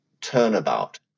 turnabout